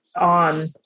on